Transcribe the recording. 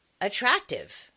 attractive